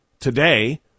today